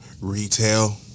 retail